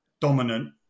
dominant